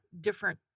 different